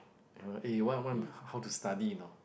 you know eh what I'm what I'm how to study you know